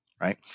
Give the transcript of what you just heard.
right